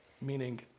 meaning